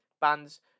bands